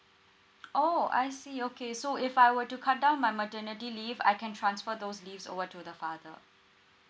oh I see okay so if I were to cut down my maternity leave I can transfer those leaves over to the father